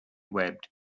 webbed